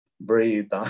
Breathe